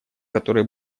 которые